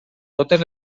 totes